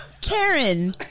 Karen